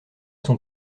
sont